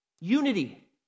Unity